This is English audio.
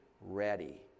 ready